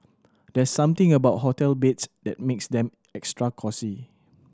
there's something about hotel beds that makes them extra cosy